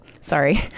Sorry